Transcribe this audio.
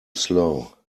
slow